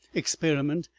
experiment,